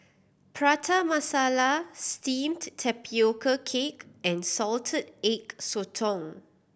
Prata Masala Steamed Tapioca Cake and Salted Egg Sotong